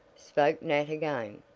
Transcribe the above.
spoke nat again.